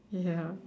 ya